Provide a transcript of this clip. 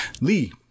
Lee